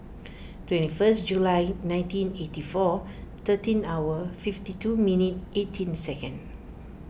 twenty one July nineteen eighty four thirteen hour fifty two minute eighteen second